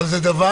זה דבר